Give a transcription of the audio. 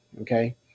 okay